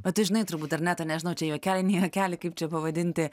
o tu žinai turbūt dar net nežinau čia juokeliai ne juokeliai kaip čia pavadinti